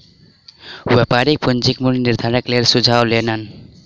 व्यापारी पूंजीक मूल्य निर्धारणक लेल सुझाव लेलैन